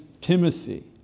Timothy